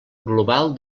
global